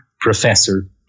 professor